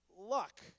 luck